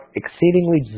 exceedingly